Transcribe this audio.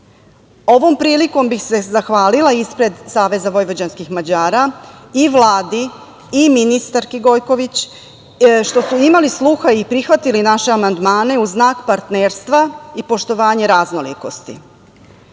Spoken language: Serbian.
tog. Ovom prilikom bih se zahvalila ispred SVM i Vladi i ministarki Gojković, što su imali sluha i prihvatili naše amandmane u znak partnerstva i poštovanje raznolikosti. Ja